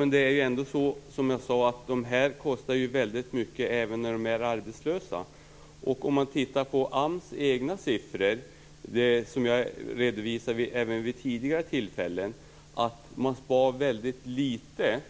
Herr talman! Som jag sade kostar ju de här människorna väldigt mycket pengar även när de är arbetslösa. Om man tittar på AMS egna siffror, som jag har redovisat även vid tidigare tillfällen, ser man att man spar väldigt litet